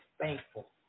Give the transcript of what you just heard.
thankful